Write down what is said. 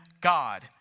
God